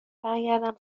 برگردم